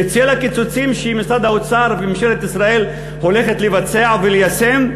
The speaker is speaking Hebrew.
בצל הקיצוצים שמשרד האוצר וממשלת ישראל הולכים לבצע וליישם,